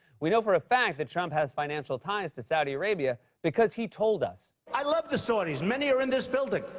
we know for a fact that trump has financial ties to saudi arabia because he told us. i love the saudis. many are in this building.